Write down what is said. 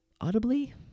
audibly